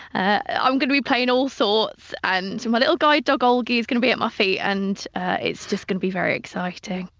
ah i'm going to be playing all sorts and so my little guide dog, olgie, is going to be at my feet and it's just going to be very exciting.